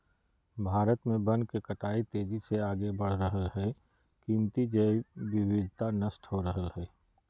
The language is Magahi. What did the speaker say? भारत में वन के कटाई तेजी से आगे बढ़ रहल हई, कीमती जैव विविधता नष्ट हो रहल हई